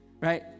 Right